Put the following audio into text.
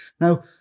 Now